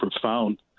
profound